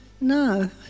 no